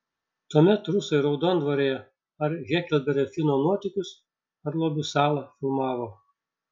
tuomet rusai raudondvaryje ar heklberio fino nuotykius ar lobių salą filmavo